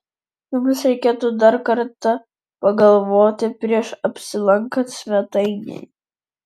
jums reikėtų dar kartą pagalvoti prieš apsilankant svetainėje